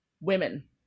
women